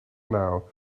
now